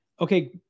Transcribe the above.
Okay